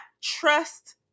trust